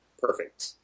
perfect